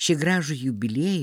šį gražų jubiliejų